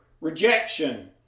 rejection